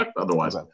otherwise